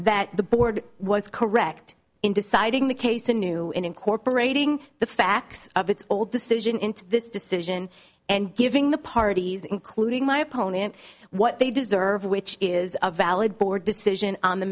that the board was correct in deciding the case in new incorporating the facts of its all decision into this decision and giving the parties including my opponent what they deserve which is a valid board decision on the